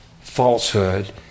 falsehood